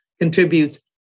Contributes